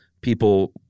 people